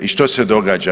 I što se događa?